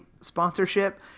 sponsorship